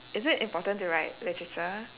is it important to write literature